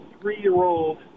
three-year-old